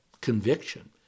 conviction